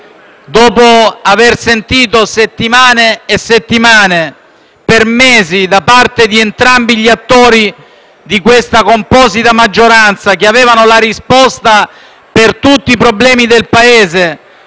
Dopo aver sentito per settimane e settimane, per mesi, da parte di entrambi gli attori di questa composita maggioranza, che avevano la risposta per tutti i problemi del Paese,